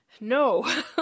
No